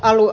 alun